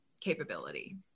capability